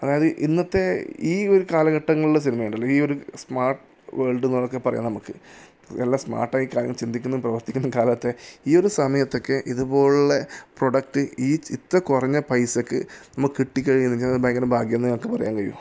അതായത് ഇന്നത്തെ ഈ ഒരു കാലഘട്ടങ്ങളിലും സിനിമയുണ്ടല്ലോ ഈയൊരു സ്മാർട്ട് വേൾഡ് എന്നൊക്കെ പറയാം നമ്മൾക്ക് എല്ലാ സ്മാർട്ടായിട്ടാണ് ചിന്തിക്കുന്നതും പ്രവർത്തിക്കുന്നതും കാലത്തെ ഈയൊരു സമയത്തൊക്കെ ഇത് ഇതു പോലുള്ള പ്രോഡക്റ്റ് ഈ ഇത്ര കുറഞ്ഞ പൈസക്ക് നമ്മൾക്ക് കിട്ടിക്കഴിഞ്ഞെന്ന് പറഞ്ഞാൽ അത് ഭയങ്കര ഭാഗ്യം തന്നെ എനിക്ക് പറയാൻ കഴിയും